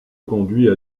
conduit